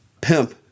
pimp